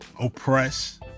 oppress